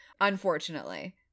unfortunately